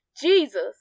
Jesus